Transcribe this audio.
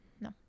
no